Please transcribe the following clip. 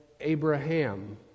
Abraham